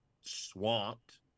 swamped